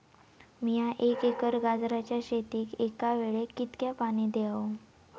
मीया एक एकर गाजराच्या शेतीक एका वेळेक कितक्या पाणी देव?